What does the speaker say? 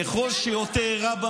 ככל שיותר רע במדינה,